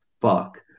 fuck